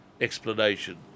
explanation